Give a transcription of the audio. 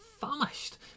famished